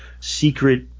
secret